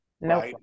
No